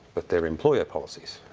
but they're employer policies.